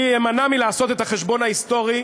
אני אמנע מלעשות את החשבון ההיסטורי,